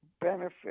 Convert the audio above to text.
benefit